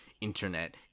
internet